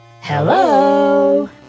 Hello